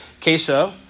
queso